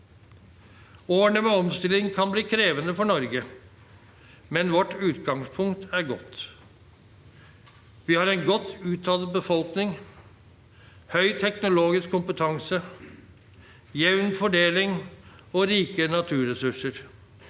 Årene med omstilling kan bli krevende for Norge, men vårt utgangspunkt er godt. Vi har en godt utdannet befolkning, høy teknologisk kompetanse, jevn fordeling og rike naturressurser.